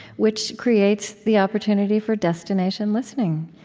which creates the opportunity for destination listening.